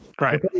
right